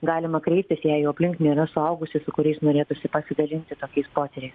galima kreiptis jei jau aplink nėra suaugusių su kuriais norėtųsi pasidalinti tokiais potyriais